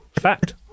Fact